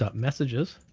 ah messages